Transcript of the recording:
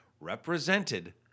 represented